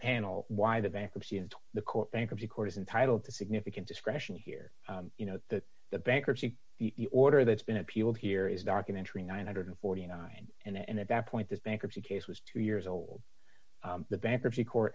panel why the bankruptcy and the court bankruptcy court is entitled to significant discretion here you know that the bankruptcy the order that's been appealed here is documentary nine hundred and forty nine and at that point this bankruptcy case was two years old the bankruptcy court